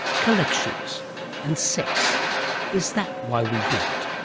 collections and sex is that why we do it?